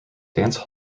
dance